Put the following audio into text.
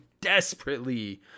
desperately